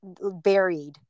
buried